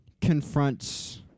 confronts